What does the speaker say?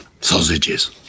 sausages